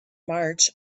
march